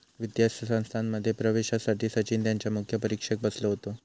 वित्तीय संस्थांमध्ये प्रवेशासाठी सचिन त्यांच्या मुख्य परीक्षेक बसलो होतो